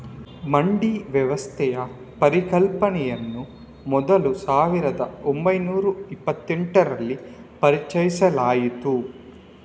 ಮಂಡಿ ವ್ಯವಸ್ಥೆಯ ಪರಿಕಲ್ಪನೆಯನ್ನ ಮೊದಲು ಸಾವಿರದ ಒಂಬೈನೂರ ಇಪ್ಪತೆಂಟರಲ್ಲಿ ಪರಿಚಯಿಸಲಾಯ್ತು